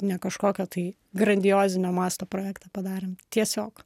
ne kažkokio tai grandiozinio masto projektą padarėm tiesiog